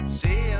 see